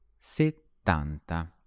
settanta